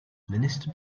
minister